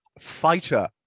fighter